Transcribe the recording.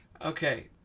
Okay